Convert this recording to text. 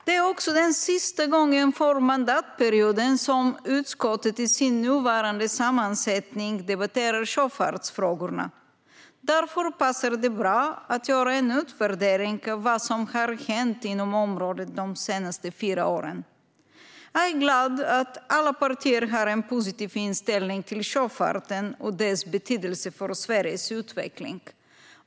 Det är även den sista gången för mandatperioden som utskottet i sin nuvarande sammansättning debatterar sjöfartsfrågorna. Därför passar det bra att göra en utvärdering av vad som har hänt inom området de senaste fyra åren. Jag är glad att alla partier har en positiv inställning till sjöfarten och dess betydelse för Sveriges utveckling.